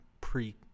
pre